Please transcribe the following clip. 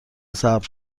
صبر